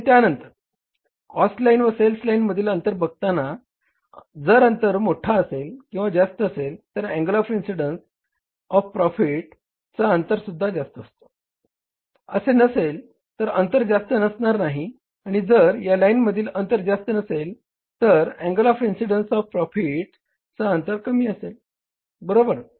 आणि त्यानंतर cost line व सेल्स लाईनमधील अंतर बघताना जर अंतर मोठा असेल किंवा जास्त असेल तर अँगल ऑफ इन्सिडन्स ऑफ प्रॉफीटचा अंतर जास्त असतो असे नसेल तर अंतर जास्त नसणार नाही आणि जर या लाईनमधील अंतर जास्त नसेल तर अँगल ऑफ इन्सिडन्स ऑफ प्रॉफीटचा अंतर कमी असेल बरोबर